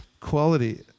quality